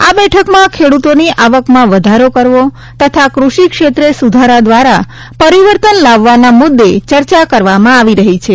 આ બેઠકમાં ખેડૂતોની આવકમાં વધારો કરવો તથા કૃષિ ક્ષેત્રે સુધારા દ્વારા પરિવર્તન લાવવાના મુદ્દે ચર્ચા કવરામાં આવી રહી છે